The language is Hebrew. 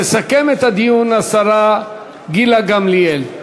תסכם את הדיון השרה גילה גמליאל.